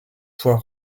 fois